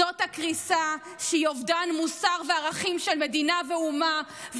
זאת קריסה שהיא אובדן מוסר וערכים של מדינה ואומה,